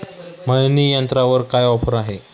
मळणी यंत्रावर काय ऑफर आहे?